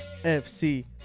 FC